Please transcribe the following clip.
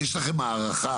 יש לכם הערכה?